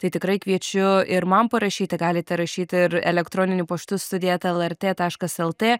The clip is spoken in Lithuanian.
tai tikrai kviečiu ir man parašyti galite rašyti ir elektroniniu paštu studija eta lrt taškas lt